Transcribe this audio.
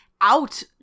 out